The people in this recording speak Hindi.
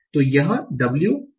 तो यह w a b c और d होगा